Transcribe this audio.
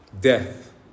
Death